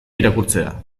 irakurtzea